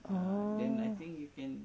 orh